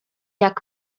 jak